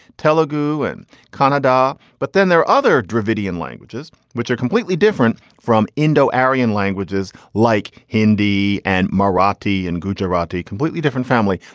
telugu and canada. but then there are other dravidian languages which are completely different from indo aryan languages like hindi and marathi and gujarati, completely different family.